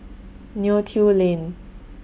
Neo Tiew Lane